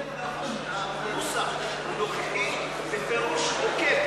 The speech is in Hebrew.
הנוסח הנוכחי בפירוש עוקף,